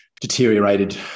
deteriorated